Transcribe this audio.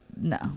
No